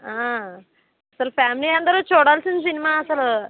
అస్సలు ఫ్యామిలీ అందరూ చూడాల్సిన సినిమా అస్సలు